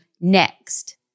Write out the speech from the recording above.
next